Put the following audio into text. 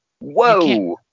Whoa